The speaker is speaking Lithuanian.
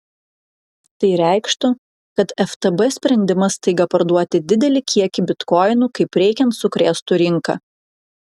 tai reikštų kad ftb sprendimas staiga parduoti didelį kiekį bitkoinų kaip reikiant sukrėstų rinką